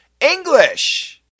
english